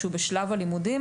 כשהוא בשלב הלימודים